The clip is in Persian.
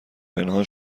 پنهان